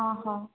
ହଁ ହଁ